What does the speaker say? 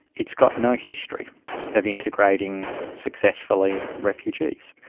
it's got no history of integrating successfully refugees.